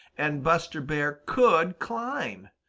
and buster bear could climb!